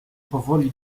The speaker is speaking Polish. powoli